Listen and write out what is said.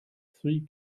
three